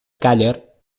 càller